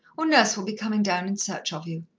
or nurse will be comin' down in search of you.